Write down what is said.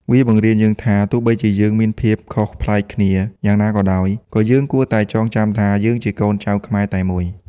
វាបង្រៀនយើងថា ទោះបីជាយើងមានភាពខុសប្លែកគ្នាយ៉ាងណាក៏ដោយ ក៏យើងគួរតែចងចាំថា យើងជាកូនចៅខ្មែរតែមួយ។